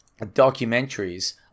documentaries